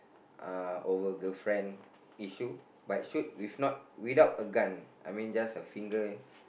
uh over girlfriend issue but shoot with not without a gun I mean just a finger